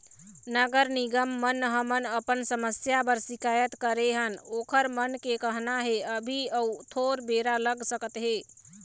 नगर निगम म हमन अपन समस्या बर सिकायत करे हन ओखर मन के कहना हे अभी अउ थोर बेरा लग सकत हे